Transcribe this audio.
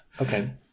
Okay